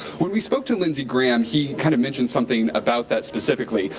when we spoke to lindsey graham he kind of mentioned something about that specifically.